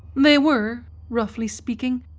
they were, roughly speaking,